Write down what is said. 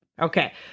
Okay